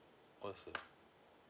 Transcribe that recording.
awesome